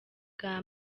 bwa